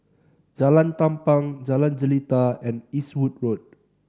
Jalan Tampang Jalan Jelita and Eastwood Road